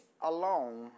alone